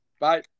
Bye